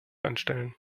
anstellen